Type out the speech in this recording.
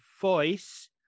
voice